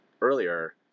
earlier